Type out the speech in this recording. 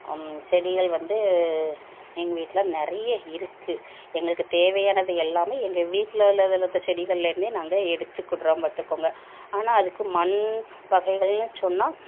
செடிகள் வந்து எங்கள் வீட்டில் நிறைய இருக்குது எங்களுக்கு தேவையானது எல்லாமே எங்கள் வீட்டில் உள்ளது அந்த செடிகளிலே இருந்தே நாங்கள் எடுத்துக்கிடுறோம் பார்த்துக்கோங்க ஆனால் அதுக்கு மண் வகைகள்னு சொன்னால்